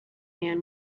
man